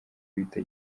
guhita